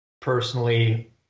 personally